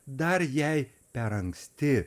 dar jei per anksti